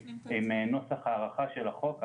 עם נוסח הארכה של החוק,